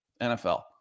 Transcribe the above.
NFL